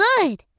good